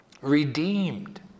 redeemed